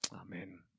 Amen